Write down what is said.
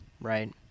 right